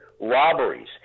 robberies